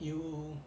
you